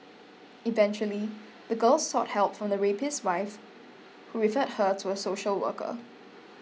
eventually the girl sought help from the rapist's wife who referred her to a social worker